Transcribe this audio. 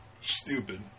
Stupid